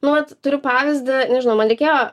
nu vat turiu pavyzdį nežinau man reikėjo